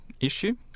issue